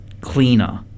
cleaner